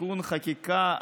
(תיקוני חקיקה),